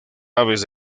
aves